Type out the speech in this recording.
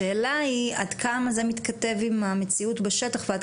השאלה היא עד כמה זה מתכתב עם המציאות בשטח ועד